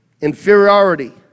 inferiority